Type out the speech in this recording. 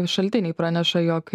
šaltiniai praneša jog